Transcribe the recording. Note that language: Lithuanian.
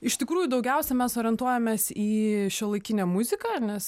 iš tikrųjų daugiausiai mes orientuojamės į šiuolaikinę muziką nes